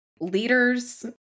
leaders